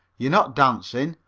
you're not dancing.